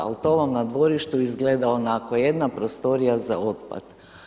To vam na dvorištu izgleda onako, jedna prostorija za otpad.